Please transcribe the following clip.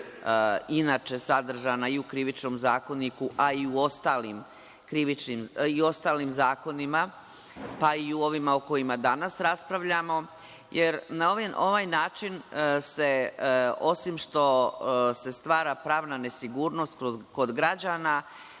inače sadržana i u Krivičnom zakoniku, a i u ostalim zakonima, pa i u ovima o kojima danas raspravljamo. Na ovaj način se, osim što se stvara pravna nesigurnost kod građana,